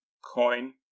coin